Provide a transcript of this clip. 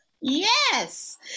Yes